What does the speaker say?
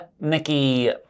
Nikki